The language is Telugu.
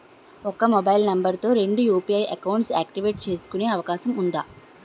ఒక మొబైల్ నంబర్ తో రెండు యు.పి.ఐ అకౌంట్స్ యాక్టివేట్ చేసుకునే అవకాశం వుందా?